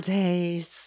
days